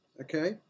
Okay